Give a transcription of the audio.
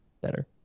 better